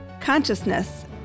consciousness